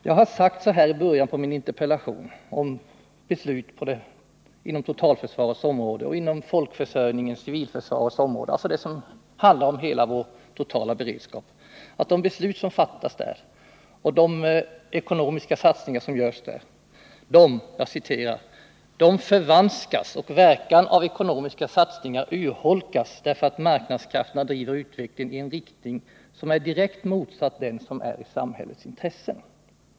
Jag har sagt i början på min interpellation om beslut inom totalförsvarets område och inom folkförsörjningens och civilförsvarets områden, alltså det som handlar om hela vår totala beredskap, att de beslut som fattas där ”förvanskas och verkan av ekonomiska satsningar urholkas, därför att marknadskrafterna driver utvecklingen i en riktning som är direkt motsatt den som är i samhällets intresse”.